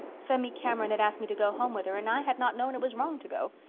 phemy cameron had asked me to go home with her and i had not known it was wrong to go.